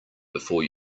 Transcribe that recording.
before